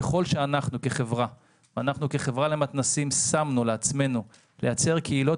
אנחנו כחברה למתנ"סים שמנו לעצמנו לייצר קהילות